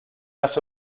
las